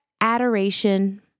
adoration